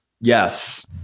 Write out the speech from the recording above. yes